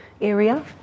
area